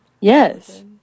Yes